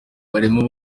barimo